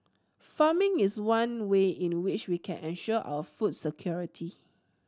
farming is one way in which we can ensure our food security